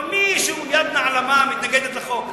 אבל מישהו, יד נעלמה, מתנגדת לחוק.